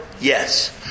Yes